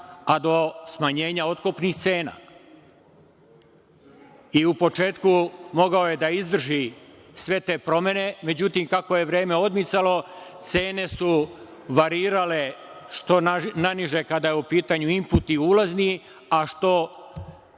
a do smanjenja otkupnih cena. U početku je mogao da izdrži sve te promene, međutim, kako je vreme odmicalo, cene su varirale što naniže, kada je u pitanju input ulazni, u stvari,